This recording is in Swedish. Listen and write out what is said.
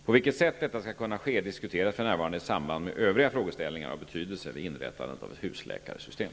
På vilket sätt detta skall kunna ske diskuteras för närvarande i samband med övriga frågeställningar av betydelse vid inrättandet av ett husläkarsystem.